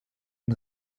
ein